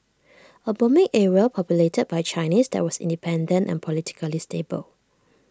A booming area populated by Chinese that was independent and politically stable